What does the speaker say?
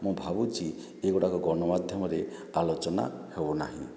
ମୁଁ ଭାବୁଛି ଏ ଗୁଡ଼ାକ ଗଣମାଧ୍ୟମରେ ଆଲୋଚନା ହେଉ ନାହିଁ